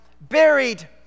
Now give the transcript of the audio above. buried